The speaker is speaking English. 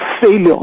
failure